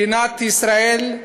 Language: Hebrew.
מדינת ישראל,